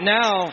now